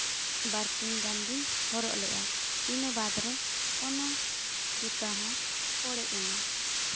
ᱵᱟᱨᱥᱤᱧ ᱜᱟᱱ ᱜᱤᱧ ᱦᱚᱨᱚᱜ ᱞᱮᱫᱼᱟ ᱤᱱᱟᱹ ᱵᱟᱫᱽ ᱨᱮ ᱚᱱᱟ ᱡᱩᱛᱟᱹ ᱦᱚᱸ ᱚᱲᱮᱡ ᱮᱱᱟ